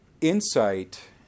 insight